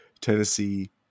Tennessee